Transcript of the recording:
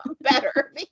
better